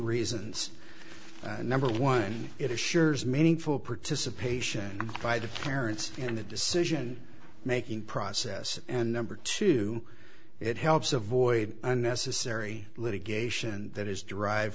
reasons number one it is sure's meaningful participation by the parents in the decision making process and number two it helps avoid unnecessary litigation that is derived